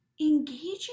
engaging